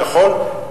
והוא יכול,